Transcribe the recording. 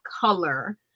color